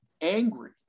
angry